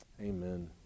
Amen